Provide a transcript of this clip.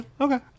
okay